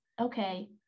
Okay